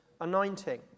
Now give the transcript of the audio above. anointing